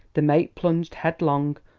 the mate plunged headlong,